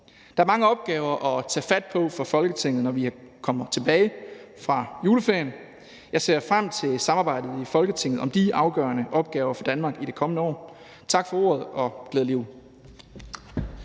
Der er mange opgaver at tage fat på for Folketinget, når vi kommer tilbage fra juleferien. Jeg ser frem til samarbejdet i Folketinget om de afgørende opgaver for Danmark i det kommende år. Tak for ordet og glædelig